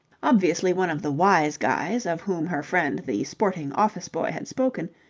obviously one of the wise guys of whom her friend the sporting office-boy had spoken,